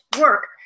work